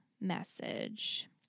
message